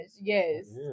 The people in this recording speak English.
Yes